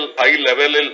high-level